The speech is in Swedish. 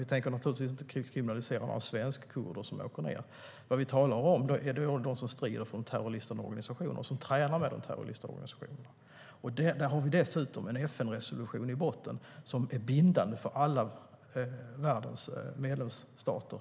Vi tänker naturligtvis inte kriminalisera de svenskkurder som åker ned, utan vi talar om dem som strider för eller tränar med terroristorganisationerna. I botten har vi dessutom en FN-resolution om att göra detta, och den är bindande för alla världens medlemsstater.